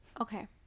Okay